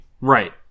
Right